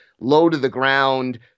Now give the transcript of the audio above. low-to-the-ground